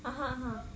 (uh huh) !huh!